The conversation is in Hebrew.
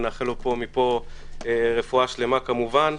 ונאחל לו מפה רפואה שלמה כמובן.